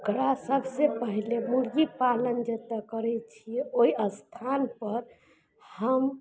ओकरा सबसँ पहिले मुर्गी पालन जतऽ करय छियै ओइ स्थानपर हम